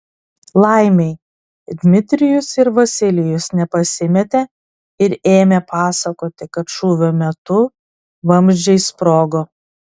laimei dmitrijus ir vasilijus nepasimetė ir ėmė pasakoti kad šūvio metu vamzdžiai sprogo